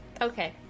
Okay